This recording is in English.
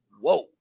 whoa